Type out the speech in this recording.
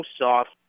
soft